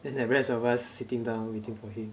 then the rest of us sitting down waiting for him